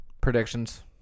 Predictions